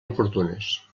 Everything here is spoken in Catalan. oportunes